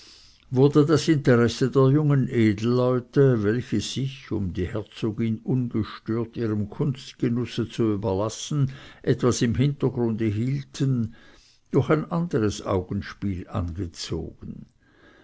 wurde das interesse der jungen edelleute welche sich um die herzogin ungestört ihrem kunstgenusse zu überlassen etwas im hintergrunde hielten durch ein anderes augenspiel angezogen